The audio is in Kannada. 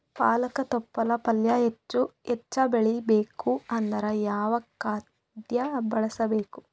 ಪಾಲಕ ತೊಪಲ ಪಲ್ಯ ಹೆಚ್ಚ ಬೆಳಿ ಬರಬೇಕು ಅಂದರ ಯಾವ ಖಾದ್ಯ ಬಳಸಬೇಕು?